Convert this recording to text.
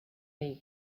league